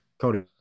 Cody